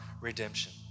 redemption